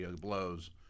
blows